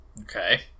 Okay